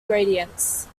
gradients